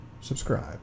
subscribe